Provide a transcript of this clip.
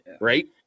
Right